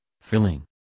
Filling